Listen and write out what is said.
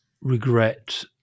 regret